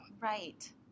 Right